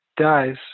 dies